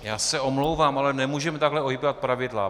Já se omlouvám, ale nemůžeme takhle ohýbat pravidla.